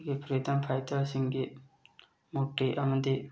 ꯑꯩꯈꯣꯏꯒꯤ ꯐ꯭ꯔꯤꯗꯝ ꯐꯥꯏꯇꯔꯁꯤꯡꯒꯤ ꯃꯨꯔꯇꯤ ꯑꯃꯗꯤ